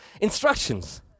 instructions